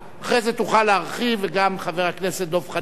אחרי זה תוכל להרחיב, וגם חבר הכנסת דב חנין.